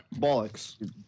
bollocks